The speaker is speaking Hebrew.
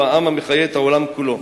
הוא העם המחיה את העולם כולו,